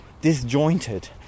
disjointed